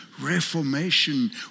reformation